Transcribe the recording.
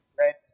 Right